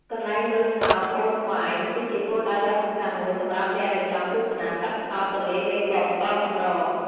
កន្លែងមើលផ្សោតអូរស្វាយ គឺជាគោលដៅដ៏សំខាន់មួយសម្រាប់អ្នកដែលចង់ទស្សនាសត្វផ្សោតទន្លេមេគង្គដ៏កម្រ។